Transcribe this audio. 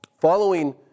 Following